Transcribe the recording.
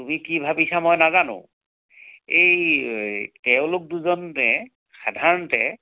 তুমি কি ভাবিছা মই নাজানো এই তেওঁলোক দুজনে সাধাৰণতে